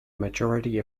majority